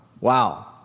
Wow